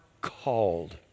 called